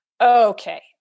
Okay